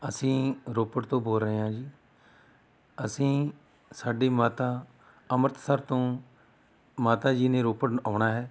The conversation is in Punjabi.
ਅਸੀਂ ਰੋਪੜ ਤੋਂ ਬੋਲ ਰਹੇ ਹਾਂ ਜੀ ਅਸੀਂ ਸਾਡੀ ਮਾਤਾ ਅੰਮ੍ਰਿਤਸਰ ਤੋਂ ਮਾਤਾ ਜੀ ਨੇ ਰੋਪੜ ਨੂੰ ਆਉਣਾ ਹੈ